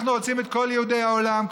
אנחנו רוצים את כל יהודי העולם,